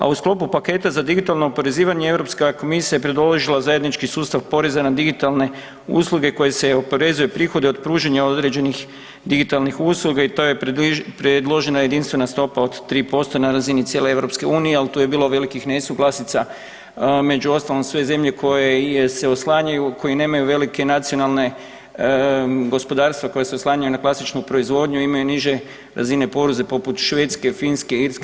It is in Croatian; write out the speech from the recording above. A u sklopu paketa za digitalno oporezivanje Europska komisija je predložila zajednički sustav poreza na digitalne usluge koje se oporezuju, prihode od pružanja određenih digitalnih usluga i to je predložena jedinstvena stopa od 3% na razini cijele EU, ali tu je bilo velikih nesuglasica među ostalom sve zemlje koje se oslanjaju koje nemaju velike nacionalne gospodarstva koja se oslanjaju na klasičnu proizvodnju imaju niže razine poreza poput Švedske, Finske, Irske.